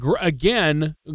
again